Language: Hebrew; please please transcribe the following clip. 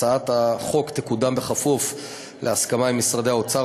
הצעת החוק תקודם בכפוף להסכמה עם משרדי האוצר,